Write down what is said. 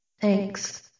Thanks